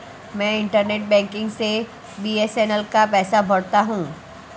मैं internet banking से BSNL का पैसा भरता हूं